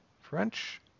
French